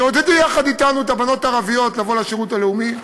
תעודדי יחד אתנו את הבנות הערביות לבוא לשירות הלאומי.